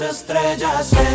Estrellas